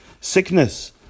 sickness